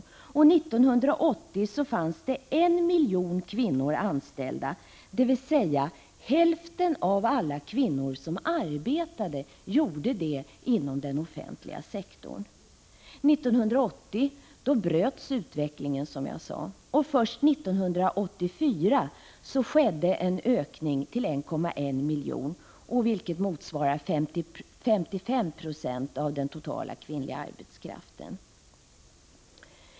1980 fanns det 1 miljon kvinnor anställda, dvs. hälften av alla kvinnor som arbetade gjorde det inom den offentliga sektorn. 1980 bröts utvecklingen, som jag sade, och först 1984 skedde en ökning till 1,1 miljoner, vilket motsvarade 55 20 av den kvinnliga arbetskraften.